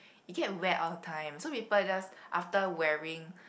you can wear all the time so people just after wearing